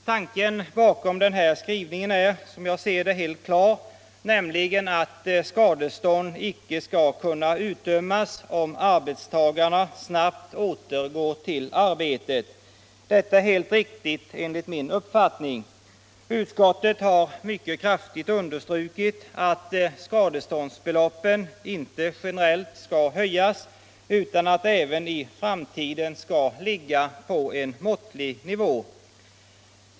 Tanken bakom den här skrivningen är, som jag ser det, helt klar, nämligen att skadestånd icke skall kunna utdömas om arbetstagarna snabbt återgår till arbetet. Detta är helt riktigt, enligt min uppfattning. Utskottet har mycket kraftigt understrukit att skadeståndsbeloppen inte generellt skall höjas utan att de även i framtiden skall ligga på en måttlig nivå.